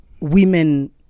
women